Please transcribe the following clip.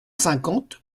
cinquante